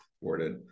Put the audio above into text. worded